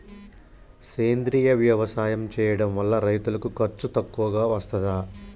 సేంద్రీయ వ్యవసాయం చేయడం వల్ల రైతులకు ఖర్చు తక్కువగా వస్తదా?